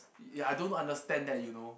ya I don't understand that you know